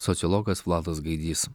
sociologas vladas gaidys